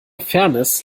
fairness